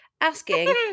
asking